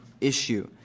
issue